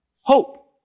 hope